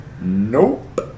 Nope